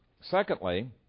Secondly